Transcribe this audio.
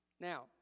Now